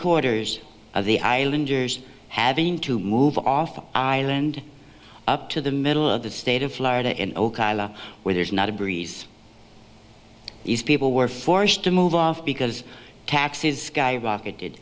quarters of the islanders having to move off an island up to the middle of the state of florida in ocala where there's not a breeze these people were forced to move off because taxes guy rocketed